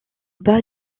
bas